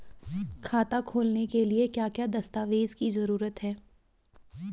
खाता खोलने के लिए क्या क्या दस्तावेज़ की जरूरत है?